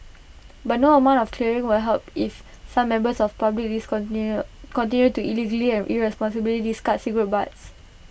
but no amount of clearing will help if some members of public continue to illegally and irresponsibly discard cigarette butts